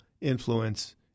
influence